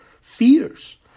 fears